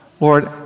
Lord